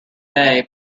bay